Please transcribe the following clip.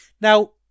Now